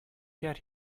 get